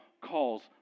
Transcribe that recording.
calls